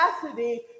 capacity